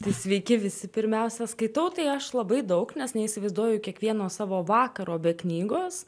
sveiki visi pirmiausia skaitau tai aš labai daug nes neįsivaizduoju kiekvieno savo vakaro be knygos